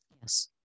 Yes